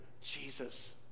Jesus